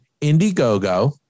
Indiegogo